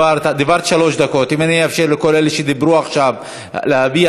עברו לתקוף אותו, וזה הגיע,